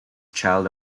child